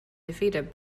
defeated